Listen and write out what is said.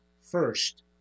first